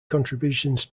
contributions